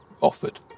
offered